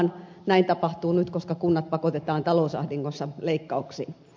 näin tapahtuu nyt koska kunnat pakotetaan talousahdingossa leikkauksiin